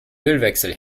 ölwechsel